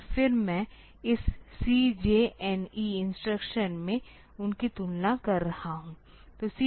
और फिर मैं इस CJNE इंस्ट्रक्शन में उनकी तुलना कर रहा हूं